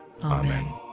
Amen